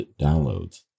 downloads